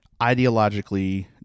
ideologically